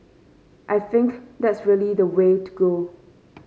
I think that's really the way to go